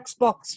Xbox